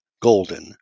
golden